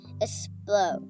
explode